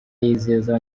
yizeza